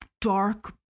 dark